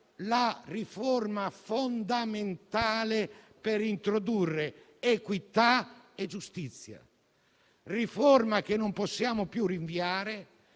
la riforma fondamentale per introdurre equità e giustizia. Una riforma che non possiamo più rinviare